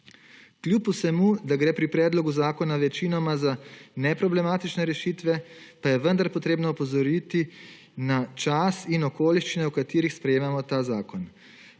Kljub vsemu, da gre pri predlogu zakona večinoma za neproblematične rešitve, pa je vendar potrebno opozoriti na čas in okoliščine v katerih sprejemamo ta zakon.